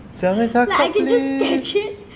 jangan cakap please